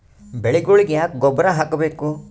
ಬೆಳಿಗೊಳಿಗಿ ಯಾಕ ಗೊಬ್ಬರ ಹಾಕಬೇಕು?